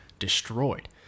destroyed